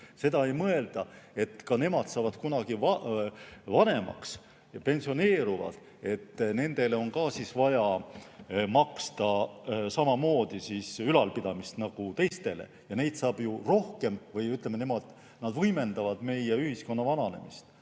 Seda ei mõelda! Ka nemad saavad kunagi vanemaks ja pensioneeruvad, nendele on vaja maksta samamoodi ülalpidamist nagu teistele. Ja neid saab ju rohkem või, ütleme, nad võimendavad meie ühiskonna vananemist,